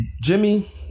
Jimmy